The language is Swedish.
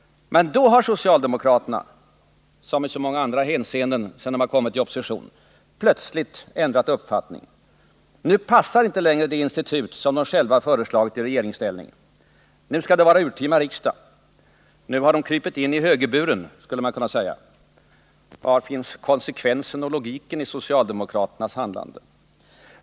Men då har socialdemokraterna — som i så många hänseenden sedan de har kommit i opposition — plötsligt ändrat uppfattning. Nu passar inte längre det institut som de själva föreslagit i regeringsställning. Nu skall det vara urtima riksdag. Nu har de krupit in i högerburen, skulle man kunna säga. Var finns konsekvensen och logiken i socialdemokraternas handlande?